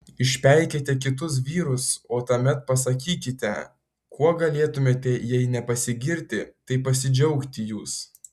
išpeikėte kitus vyrus o tuomet pasakykite kuo galėtumėte jei ne pasigirti tai pasidžiaugti jūs